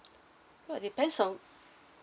well depends on